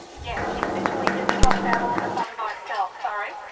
yeah, it literally just drops out all of a sudden by itself, sorry.